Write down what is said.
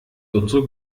unsere